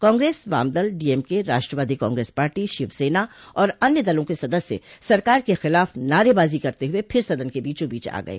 कांग्रेस वाम दल डीएमके राष्ट्रवादी कांग्रेस पार्टी शिवसेना और अन्य दलों के सदस्य सरकार के खिलाफ नारेबाजी करते हुए फिर सदन के बीचोंबीच आ गए